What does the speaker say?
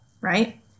right